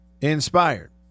inspired